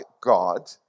God